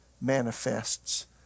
manifests